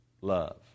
love